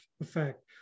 effect